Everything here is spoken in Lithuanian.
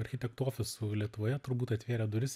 architektų ofisų lietuvoje turbūt atvėrė duris